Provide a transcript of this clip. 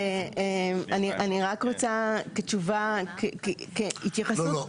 אני רק רוצה כתשובה, כהתייחסות.